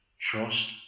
trust